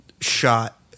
shot